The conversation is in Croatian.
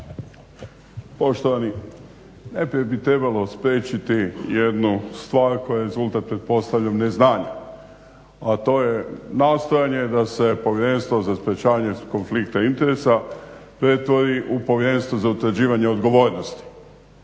Poštovani najprije bi trebalo spriječiti jednu stvar koja je rezultat pretpostavljam neznanja, a to je nastojanje da se Povjerenstvo za sprečavanje konflikta interesa pretvori u Povjerenstvo za utvrđivanje odgovornosti.